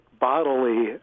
bodily